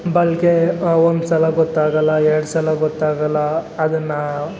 ಬಳ್ಕೆ ಒಂದು ಸಲ ಗೊತ್ತಾಗೋಲ್ಲ ಎರಡು ಸಲ ಗೊತ್ತಾಗೋಲ್ಲ ಅದನ್ನು